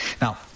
Now